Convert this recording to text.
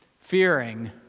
fearing